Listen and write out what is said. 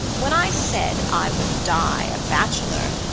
when i said i would die a bachelor,